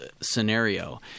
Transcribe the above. scenario